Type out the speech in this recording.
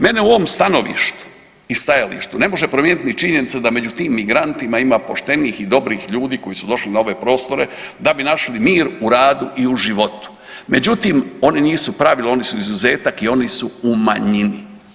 Mene u ovom stanovištu i stajalištu ne može promijeniti ni činjenica da među tim migrantima ima poštenih i dobrih ljudi koji su došli na ove prostore da bi našli mir u radu i u životu, međutim, oni nisu pravilo, oni su izuzetak i oni su u manjini.